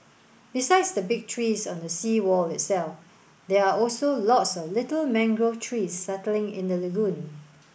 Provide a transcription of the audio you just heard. besides the big trees on the seawall itself there are also lots of little mangrove trees settling in the lagoon